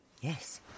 yes